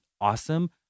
awesome